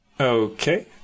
okay